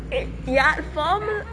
e~ ya formal